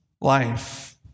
life